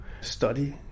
study